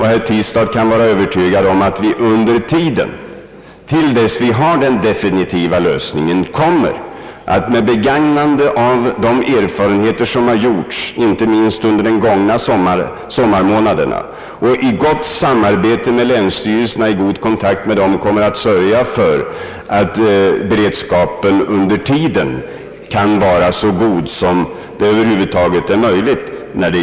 Herr Tistad kan vara övertygad om att vi under tiden till dess vi har den definitiva lösningen, kommer att, med begagnande av de erfarenheter som har gjorts inte minst under de gångna sommarmånaderna och i gott samarbete med länsstyrelserna, sörja för att den provisoriska beredskapen skall vara så effektiv som det över huvud taget är möjligt.